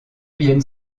viennent